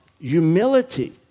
humility